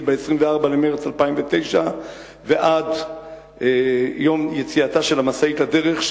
ב-24 במרס 2009 ועד יום יציאתה של המשאית לדרך,